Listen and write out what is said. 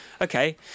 okay